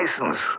license